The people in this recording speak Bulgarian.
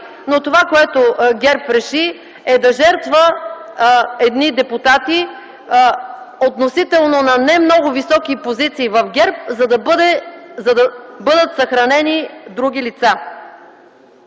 но това, което ГЕРБ реши, е да жертва едни депутати – относително на не много високи позиции в ГЕРБ, за да бъдат съхранени други лица.